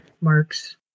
marks